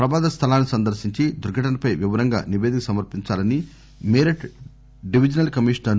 ప్రమాధ స్థలాన్ని సందర్పించి దుర్ఘటనపై వివరంగా నిపేదిక సమర్పించాలని మీరట్ డివిజనల్ కమిషనర్